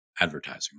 advertising